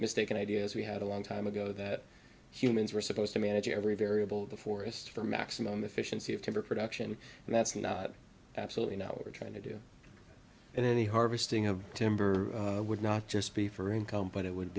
mistaken ideas we had a long time ago that humans were supposed to manage every variable of the forests for maximum efficiency of timber production and that's not absolutely not we're trying to do and any harvesting of timber would not just be for income but it would